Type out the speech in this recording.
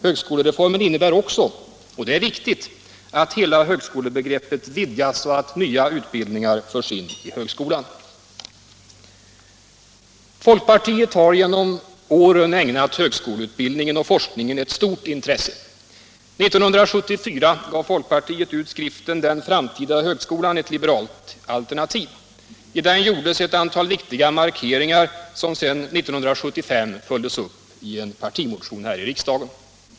Högskolereformen innebär också — och det är viktigt — att hela högskolebegreppet vidgas och att nya utbildningar förs in i högskolan. Folkpartiet har genom åren ägnat högskoleutbildning och forskning ett stort intresse. År 1974 gav folkpartiet ut skriften Den framtida högskolan — ett liberalt alternativ. I den gjordes ett antal viktiga markeringar, som år 1975 följdes upp i en partimotion här i riksdagen.